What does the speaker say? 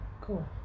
cool